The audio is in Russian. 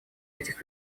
этих